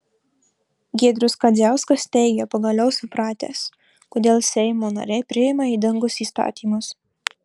giedrius kadziauskas teigia pagaliau supratęs kodėl seimo nariai priima ydingus įstatymus